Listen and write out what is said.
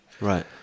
Right